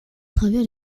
travers